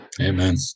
Amen